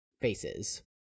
faces